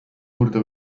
juurde